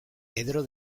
pedro